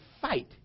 fight